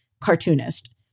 cartoonist